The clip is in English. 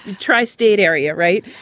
tri-state area. right.